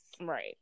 Right